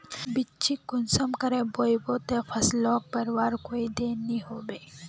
बिच्चिक कुंसम करे बोई बो ते फसल लोक बढ़वार कोई देर नी होबे?